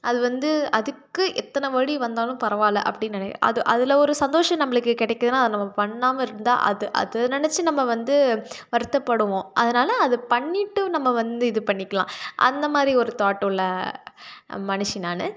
அது வந்து அதுக்கு எத்தனை வலி வந்தாலும் பரவாயிலை அப்படின்னு நினை அது அதில் ஒரு சந்தோஷம் நம்மளுக்கு கிடைக்குதுன்னா அது நம்ம பண்ணாமல் இருந்தால் அதை அதை நினைச்சி நம்ம வந்து வருத்தப்படுவோம் அதனால் அது பண்ணிட்டு நம்ம வந்து இது பண்ணிக்கலாம் அந்த மாதிரி ஒரு தாட் உள்ள மனுஷி நான்